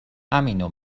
همینو